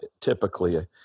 typically